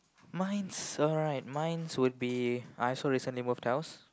mine's alright mine would be I also recently moved house